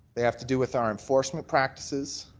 they have to do with our enforcement practices,